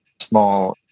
small